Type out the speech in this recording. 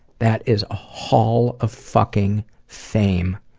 that is a hall of fucking fame